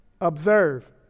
Observe